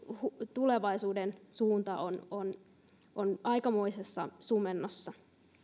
tulevaisuuden suunta ovat aikamoisessa sumennossa